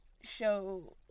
show